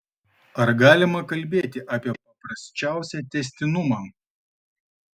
ar galima kalbėti apie paprasčiausią tęstinumą